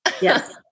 Yes